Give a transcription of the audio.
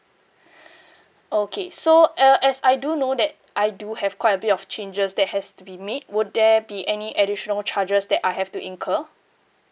okay so err as I do know that I do have quite a bit of changes that has to be made would there be any additional charges that I have to incur